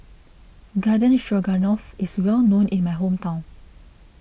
Garden Stroganoff is well known in my hometown